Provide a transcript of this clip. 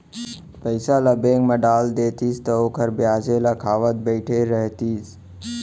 पइसा ल बेंक म डाल देतिस त ओखर बियाजे ल खावत बइठे रहितिस